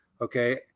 okay